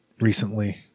recently